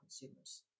consumers